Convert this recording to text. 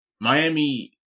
Miami